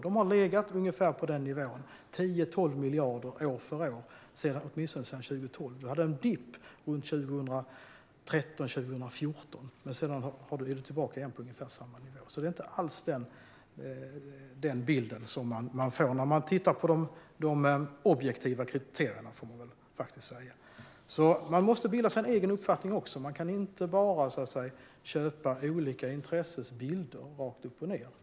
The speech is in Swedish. Intäkterna har legat på nivån 10-12 miljarder per år sedan 2012, med en dipp, men sedan vände det tillbaka igen till ungefär samma nivå. Det är inte alls den bild som man får när man tittar på de objektiva kriterierna. Man måste också bilda sig en egen uppfattning. Man kan inte bara köpa olika intressens bilder rakt upp och ned.